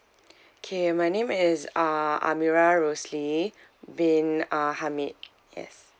okay my name is uh amirah rosli bin uh hamid yes